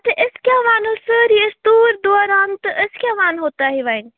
تہٕ أسۍ کیٛاہ وَنہو سٲری أسۍ توٗر دوران تہٕ أسۍ کیٛاہ وَنہو تۄہہِ وۅنۍ